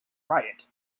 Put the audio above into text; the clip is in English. riot